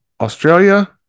Australia